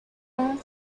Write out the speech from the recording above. own